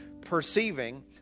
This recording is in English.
perceiving